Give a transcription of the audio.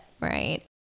right